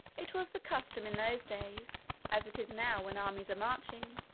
it was the custom in those days, as it is now when armies are marching,